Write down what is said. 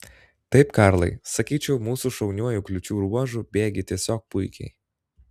taip karlai sakyčiau mūsų šauniuoju kliūčių ruožu bėgi tiesiog puikiai